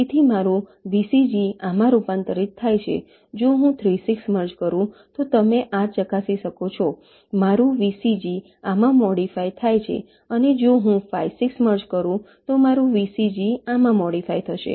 તેથી મારું VCG આમાં રૂપાંતરિત થાય છે જો હું 3 6 મર્જ કરું તો તમે આ ચકાસી શકો છો મારું VCG આમાં મોડીફાઈ થાય છે અને જો હું 5 6 મર્જ કરું તો મારું VCG આમાં મોડીફાઈ થશે